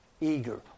eager